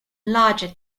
larger